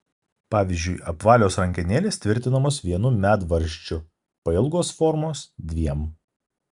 pavyzdžiui apvalios rankenėlės tvirtinamos vienu medvaržčiu pailgos formos dviem